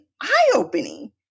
eye-opening